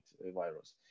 virus